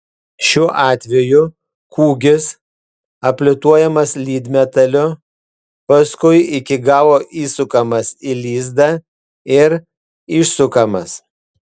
šiuo atveju kūgis aplituojamas lydmetaliu paskui iki galo įsukamas į lizdą ir išsukamas